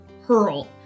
hurl